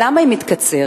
למה היא מתקצרת?